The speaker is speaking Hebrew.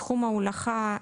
בתחום ההולכה,